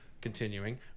continuing